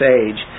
age